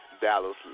Dallas